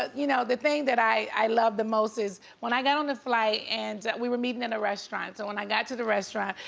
ah you know the thing that i love the most is, when i got on the flight and we were meeting at and a restaurant, so when i got to the restaurant,